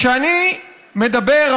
כשאני מדבר,